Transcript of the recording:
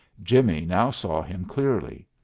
jimmie now saw him clearly.